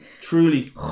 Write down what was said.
truly